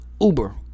uber